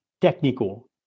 technical